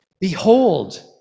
Behold